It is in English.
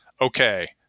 okay